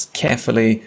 carefully